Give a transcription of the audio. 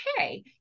okay